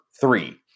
three